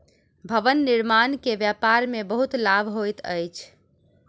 भवन निर्माण के व्यापार में बहुत लाभ होइत अछि